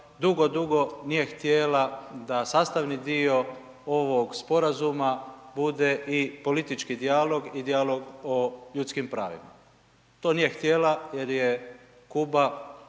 dugo, dugo nije htjela da sastavni dio ovog sporazuma bude i politički dijalog i dijalog o ljudskim pravima. To nije htjela jer je Kuba